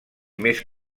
més